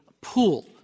pool